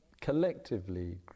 collectively